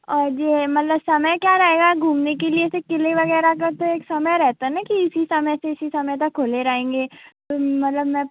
और ये मतलब समय क्या रहेगा घूमने के लिए जैसे क़िले वग़ैरह का तो एक समय रहता ना कि इसी समय से इसी समय तक खुले रहेंगे तो मतलब मैं